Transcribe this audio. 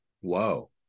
Whoa